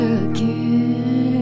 again